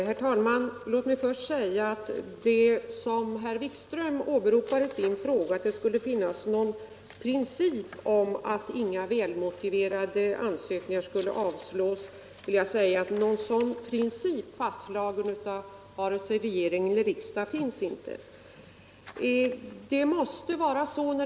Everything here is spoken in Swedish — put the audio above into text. Herr talman! Herr Wikström åberopade i sin fråga att det skulle finnas en princip om att ingen väl motiverad ansökning skulle avslås. Någon sådan princip finns inte fastslagen av vare sig regering eller riksdag.